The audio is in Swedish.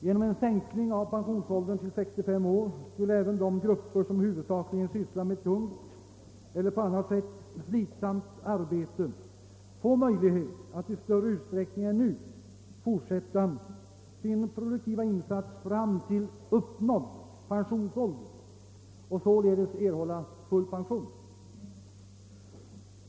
Genom en sänkning av pensionsåldern till 65 år skulle även de grupper som huvudsakligen sysslar med tungt eller på annat sätt slitsamt arbete få möjlighet att i större utsträckning än nu fortsätta sin produktiva insats fram till uppnådd pensionsålder och således erhålla full pension.